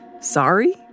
sorry